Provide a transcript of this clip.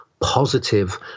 positive